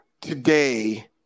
Today